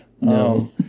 No